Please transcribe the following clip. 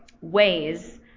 ways